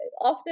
often